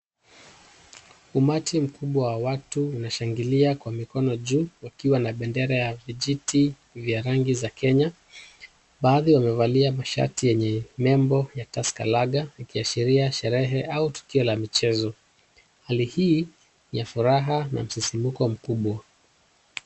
Umati mkubwa wa watu unashangilia kwa mikono juu wakiwa na bendera ya vijiti vya rangi za Kenya. Baadhi wamevalia mashati yenye nembo ya tusker lagar yakiashiria sherehe au tukio la michezo. Hali hii ni ya furaha na msisimko mkubwa.